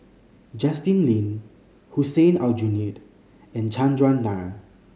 Justin Lean Hussein Aljunied and Chandran Nair